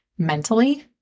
mentally